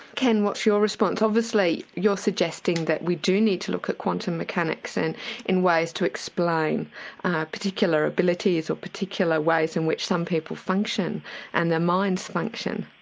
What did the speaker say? ken what's your response obviously you're suggesting that we do need to look at quantum mechanics and in ways to explain particular abilities or particular ways in which some people function and their minds function?